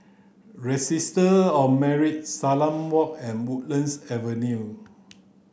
Registry of Marriage Salam Walk and Woodlands Avenue